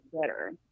better